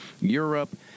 Europe